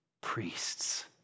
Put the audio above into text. priests